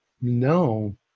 no